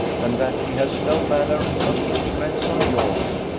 and that he has no manner of influence on yours,